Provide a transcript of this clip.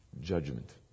judgment